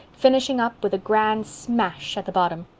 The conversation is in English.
finishing up with a grand smash at the bottom.